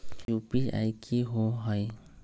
UPI कि होअ हई?